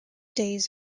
days